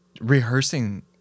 rehearsing